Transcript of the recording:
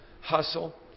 hustle